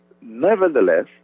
Nevertheless